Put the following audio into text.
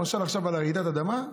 למשל עכשיו על רעידת האדמה,